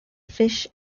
fish